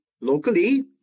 locally